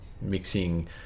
mixing